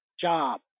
job